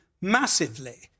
massively